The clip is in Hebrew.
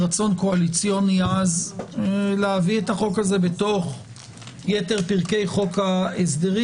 רצון קואליציוני עז להביא את החוק הזה בתוך יתר פרקי חוק ההסדרים.